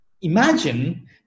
Imagine